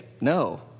No